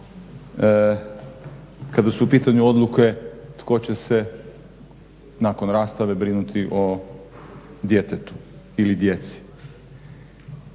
Kada su u pitanju odluke tko će se nakon rastave brinuti o djetetu ili djeci.